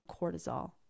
cortisol